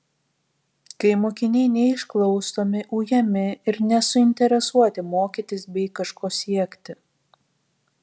kai mokiniai neišklausomi ujami ir nesuinteresuoti mokytis bei kažko siekti